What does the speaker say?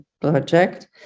project